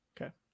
Okay